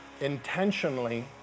intentionally